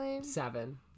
Seven